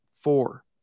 four